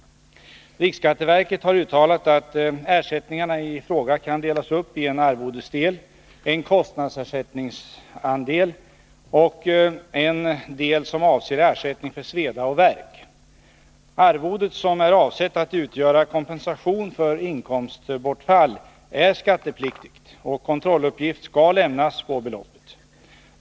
Riksskatteverket har uttalat att ersättningarna i fråga kan delas upp i en Nr 69 arvodesdel, en kostnadsersättningsdel och en del som avser ersättning för sveda och värk. Arvodet, som är avsett att utgöra kompensation för inkomstbortfall, är skattepliktigt, och kontrolluppgift skall lämnas på beloppet.